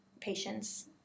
patients